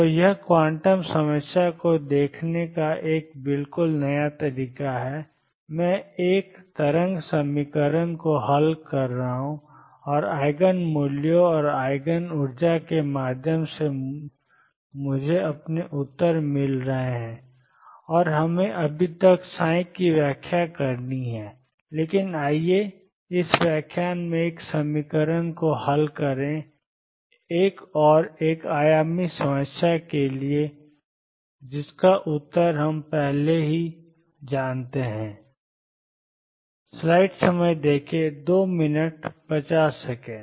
तो यह क्वांटम समस्या को देखने का एक बिल्कुल नया तरीका है मैं एक तरंग समीकरण को हल कर रहा हूं और ईजिन मूल्यों और ईजिन ऊर्जा के माध्यम से मुझे अपने उत्तर मिल रहे हैं और हमें अभी तक साई की व्याख्या करनी है लेकिन आइए इस व्याख्यान में इस समीकरण को हल करें एक और एक आयामी समस्या के लिए जिसका उत्तर हम पहले से ही जानते हैं